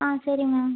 ஆ சரி மேம்